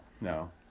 No